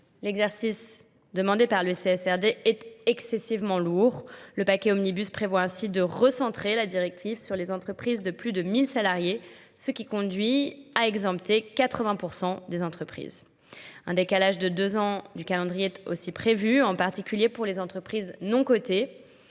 L'exercice demandé par le CSRD est excessivement lourd. Le paquet Omnibus prévoit ainsi de recentrer la directive sur les entreprises de plus de 1000 salariés, ce qui conduit à excepter 80% des entreprises. Un décalage de deux ans du calendrier est aussi prévu, en particulier pour les entreprises non cotées.